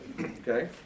okay